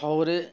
শহরে